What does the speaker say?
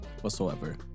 whatsoever